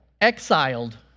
exiled